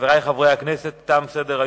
לאחרונה